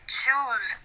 choose